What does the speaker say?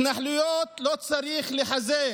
התנחלויות לא צריך לחזק,